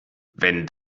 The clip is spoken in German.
wenn